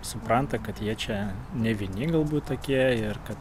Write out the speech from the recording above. supranta kad jie čia ne vieni galbūt tokie ir kad